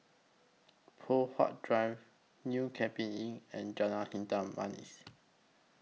Poh Huat Drive New Cape Inn and Jalan Hitam Manis